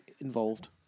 involved